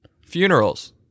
Funerals